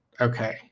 okay